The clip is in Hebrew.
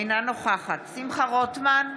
אינה נוכחת שמחה רוטמן,